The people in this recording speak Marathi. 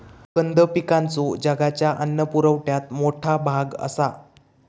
कंद पिकांचो जगाच्या अन्न पुरवठ्यात मोठा भाग आसा